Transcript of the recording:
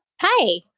hi